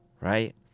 Right